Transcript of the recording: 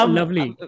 lovely